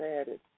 added